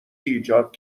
ایجاد